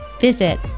visit